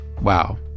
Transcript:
Wow